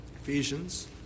Ephesians